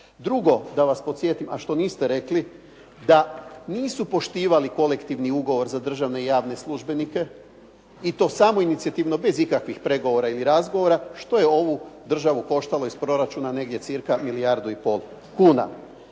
Drugo, da vas podsjetim, a što niste rekli da nisu poštivali kolektivni ugovor za državne i javne službenike i to samoinicijativno bez ikakvih pregovora ili razgovora što je ovu državu koštalo iz proračuna negdje cca milijardu i pol kuna.